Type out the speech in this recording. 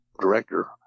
director